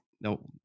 no